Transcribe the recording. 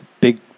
Big